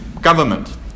government